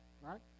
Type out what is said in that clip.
right